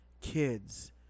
kids